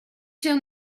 się